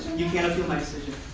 you can't appeal my decision.